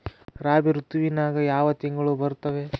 ರಾಬಿ ಋತುವಿನ್ಯಾಗ ಯಾವ ತಿಂಗಳು ಬರ್ತಾವೆ?